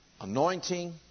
anointing